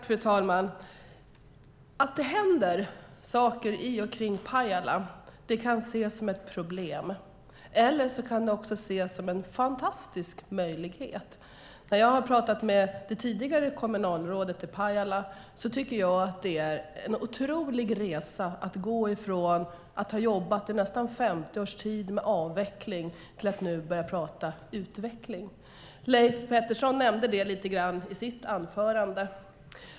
Fru talman! Att det händer saker i och kring Pajala kan ses som ett problem eller så kan det ses som en fantastisk möjlighet. Jag har talat med det tidigare kommunalrådet i Pajala och hört om den otroliga resa det är att från att under närmare 50 år ha jobbat med avveckling nu börja tala om utveckling. Leif Pettersson nämnde lite grann om det i sitt inlägg.